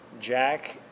jack